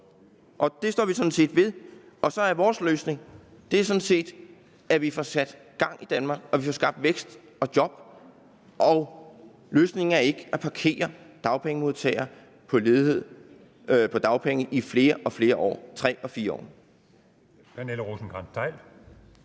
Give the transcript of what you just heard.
og det står vi ved. Vores løsning er sådan set at få sat gang i Danmark og få skabt vækst og job, og løsningen er ikke at parkere dagpengemodtagere på dagpenge i 3 og 4 år. Kl.